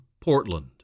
Portland